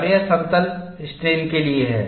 और यह समतल स्ट्रेन के लिए है